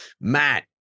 Matt